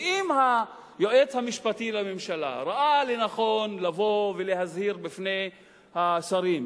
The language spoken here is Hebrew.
אם היועץ המשפטי לממשלה ראה לנכון לבוא ולהזהיר בפני השרים,